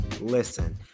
listen